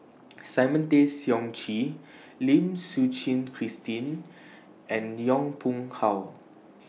Simon Tay Seong Chee Lim Suchen Christine and Yong Pung How